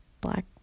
black